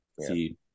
See